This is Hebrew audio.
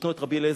ישנו רבי אליעזר,